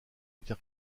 luther